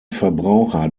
verbraucher